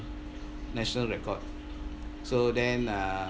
national record so then uh